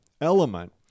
element